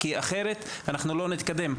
אחרת אנחנו לא נתקדם.